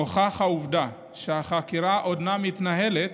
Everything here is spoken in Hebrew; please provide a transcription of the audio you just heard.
נוכח העובדה שהחקירה עודנה מתנהלת,